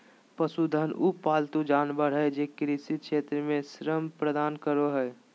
पशुधन उ पालतू जानवर हइ जे कृषि क्षेत्र में श्रम प्रदान करो हइ